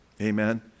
Amen